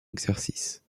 exercice